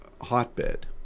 hotbed